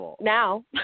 now